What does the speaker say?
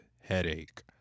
headache